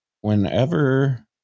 whenever